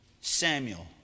Samuel